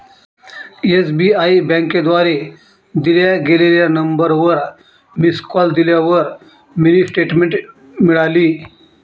SBI बँकेद्वारे दिल्या गेलेल्या नंबरवर मिस कॉल दिल्यावर मिनी स्टेटमेंट मिळाली